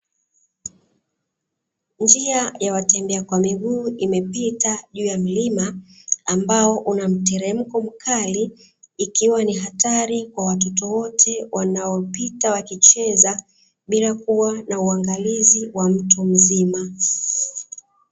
Njia ya watembea kwa miguu imepita juu ya mlima ambao una mteremko mkali ikiwa ni hatari, kwa watoto wote wanaopita wakicheza bila kuwa na uangalizi wa mtu mzima.